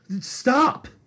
stop